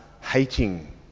hating